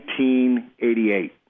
1988